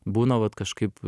būna vat kažkaip